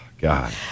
God